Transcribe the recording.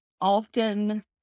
often